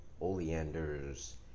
Oleander's